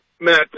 Matt